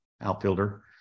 outfielder